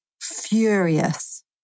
furious